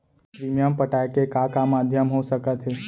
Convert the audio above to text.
Premium पटाय के का का माधयम हो सकत हे?